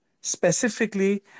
specifically